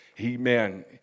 Amen